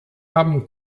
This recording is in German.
haben